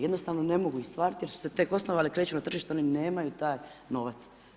Jednostavno ne mogu ostvarit jer su se tek osnovali, kreću na tržište, oni nemaju taj novac.